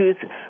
choose